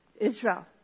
Israel